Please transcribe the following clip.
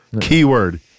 Keyword